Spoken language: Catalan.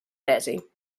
tesi